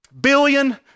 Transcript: billion